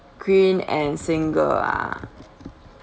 queen and single ah